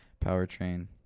Powertrain